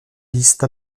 liste